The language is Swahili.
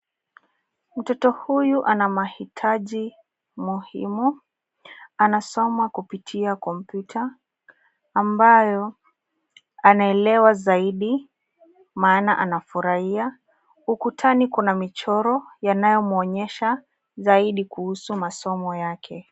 Mtoto huyu ana mahitaji muhimu. Anasoma kupitia kompyuta ambayo anaelewa zaidi maana anafuruhia. Ukutani kuna michoro yanayo mwonyesha zaidi kuhusu masomo yake.